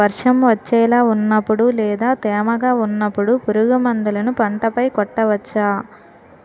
వర్షం వచ్చేలా వున్నపుడు లేదా తేమగా వున్నపుడు పురుగు మందులను పంట పై కొట్టవచ్చ?